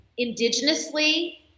indigenously